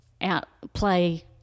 outplay